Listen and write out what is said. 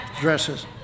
dresses